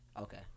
Okay